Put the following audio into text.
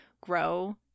grow